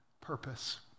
purpose